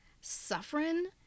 suffering